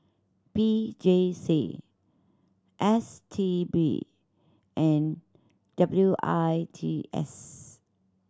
P J C S T B and W I T S